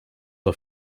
are